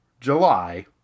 July